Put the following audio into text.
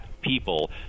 people